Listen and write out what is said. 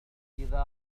إذا